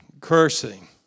cursing